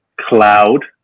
cloud